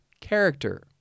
character